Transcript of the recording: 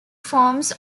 forms